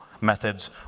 methods